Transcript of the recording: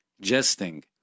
jesting